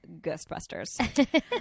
ghostbusters